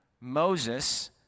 Moses